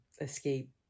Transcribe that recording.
escape